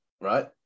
right